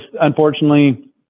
unfortunately